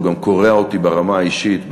הוא גם קורע אותי ברמה האישית,